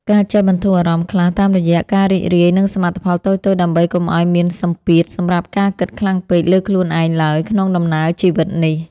ការចេះបន្ធូរអារម្មណ៍ខ្លះតាមរយៈការរីករាយនឹងសមិទ្ធផលតូចៗដើម្បីកុំឱ្យមានសម្ពាធសម្រាប់ការគិតខ្លាំងពេកលើខ្លួនឯងឡើយក្នុងដំណើរជីវិតនេះ។